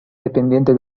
dependiente